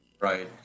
right